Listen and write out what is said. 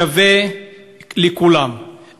שווה לכולם,